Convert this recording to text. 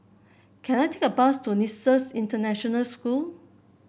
can I take a bus to Nexus International School